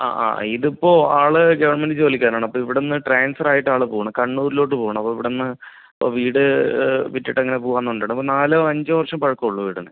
അ ആ ഇതിപ്പോൾ ആള് ഗവൺമെന്റ് ജോലിക്കാരനാണ് അപ്പോൾ ഇവിടെനിന്ന് ട്രാൻസ്ഫെറായിട്ടാണ് ആൾ പോകുന്നത് കണ്ണൂരിലോട്ട് പോകുന്നു അപ്പോൾ ഇവിടെനിന്ന് ഇപ്പോൾ വീട് വിറ്റിട്ട് അങ്ങനെ പോവുകയാണ് അപ്പോൾ നാലോ അഞ്ചോ വർഷം പഴക്കം ഉള്ളൂ വീടിന്